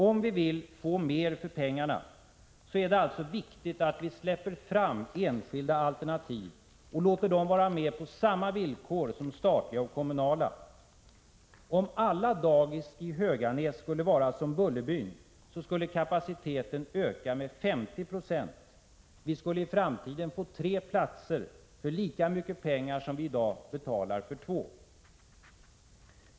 Om vi vill få mer för pengarna, är det alltså viktigt att vi släpper fram enskilda alternativ och låter dem vara med på samma villkor som kommunala och statliga. Om alla dagis i Höganäs skulle vara som Bullerbyn, skulle kapaciteten öka med 50 96. Vi skulle i framtiden få tre platser för lika mycket pengar som vi i dag betalar för två.